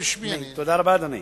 תודה רבה, אדוני.